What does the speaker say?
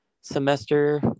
semester